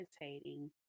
meditating